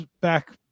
back